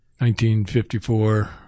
1954